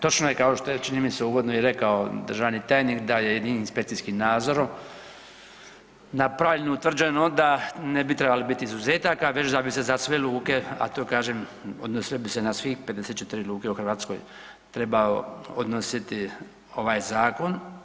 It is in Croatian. Točno je kao što je čini mi se uvodno i rekao državni tajnik da je jedino inspekcijskim nadzorom napravljeno, utvrđeno da ne bi trebalo biti izuzetaka već da bi se za sve luke a to kažem odnosilo bi se na sve 54 luke u Hrvatskoj trebao odnositi ovaj zakon.